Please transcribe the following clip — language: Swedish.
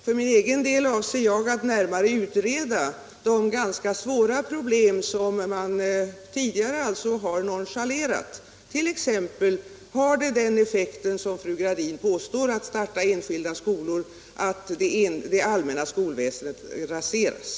För min del avser jag att närmare utreda dessa förhållandevis svåra problem, som tidigare har nonchalerats. Jag vill t.ex. utreda frågan, om inrättandet av enskilda skolor har den effekt som fru Gradin påstår, nämligen att det allmänna skolväsendet raseras.